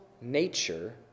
nature